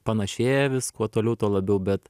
panašėja vis kuo toliau tuo labiau bet